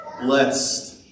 blessed